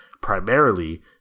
Primarily